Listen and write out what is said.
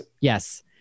Yes